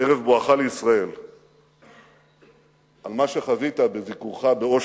ערב בואך לישראל על מה שחווית בביקורך באושוויץ,